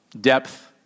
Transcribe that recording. depth